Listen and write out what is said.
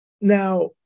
Now